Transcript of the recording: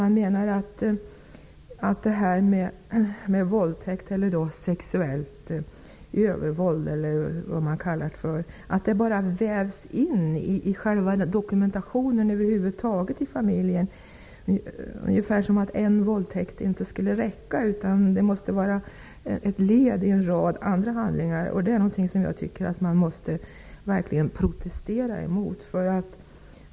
Vad som händer är att det som sägs om våldtäkter eller ''sexuellt övervåld'' eller vad det nu kallas av Utlänningsnämnden helt enkelt vävs in i själva dokumentationen, ungefär som att en våldtäkt inte skulle räcka utan att den måste utgöra ett led i en rad andra handlingar. Detta är något som jag menar att man verkligen måste protestera mot.